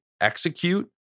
execute